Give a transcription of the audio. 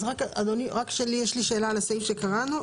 יש לי שאלה על הסעיף שקראנו,